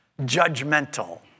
judgmental